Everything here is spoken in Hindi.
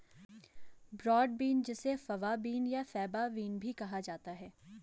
ब्रॉड बीन जिसे फवा बीन या फैबा बीन भी कहा जाता है